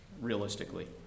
Realistically